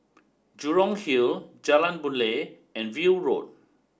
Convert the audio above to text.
Jurong Hill Jalan Boon Lay and View Road